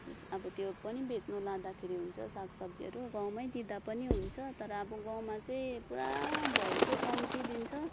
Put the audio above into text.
अब त्यो पनि बेच्नु लाँदाखेरि हुन्छ सागसब्जीहरू गाउँमै दिँदा पनि हुन्छ तर अब गाउँमा चाहिँ पुरा भाउ चाहिँ कम्ती दिन्छ